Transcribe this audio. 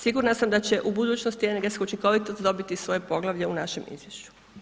Sigurna sam da će u budućnosti energetska učinkovitost dobiti svoje poglavlje u našem izvješću.